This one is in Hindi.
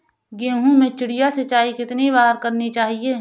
गेहूँ में चिड़िया सिंचाई कितनी बार करनी चाहिए?